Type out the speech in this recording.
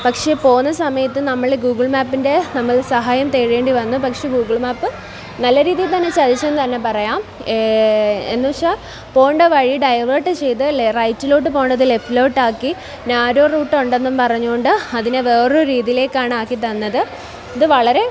പക്ഷേ പോകുന്ന സമയത്ത് നമ്മൾ ഗൂഗിൾ മാപ്പിൻ്റെ നമ്മൾ സഹായം തേടേണ്ടി വന്നു പക്ഷേ ഗൂഗിൾ മാപ്പ് നല്ല രീതിയിൽ തന്നെ ചതിച്ചെന്ന് തന്നെ പറയാം എന്നു വച്ചാൽ പോകേണ്ട വഴി ഡൈവേർട്ട് ചെയ്യേണ്ടത് റൈറ്റിലോട്ട് പോകേണ്ടത് ലെഫ്റ്റിലോട്ട് ആക്കി നാരോ റൂട്ട് ഉണ്ടെന്നും പറഞ്ഞതുകൊണ്ട് അതിനെ വേറെ ഒരു രീതിയിലേക്കാണ് ആക്കി തന്നത് ഇത് വളരെ